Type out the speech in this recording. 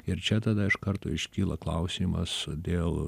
ir čia tada iš karto iškyla klausimas dėl